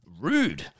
rude